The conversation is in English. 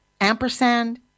ampersand